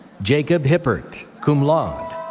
jacob hippert, cum laude.